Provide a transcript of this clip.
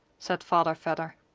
said father vedder.